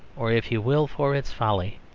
or, if you will, for its folly.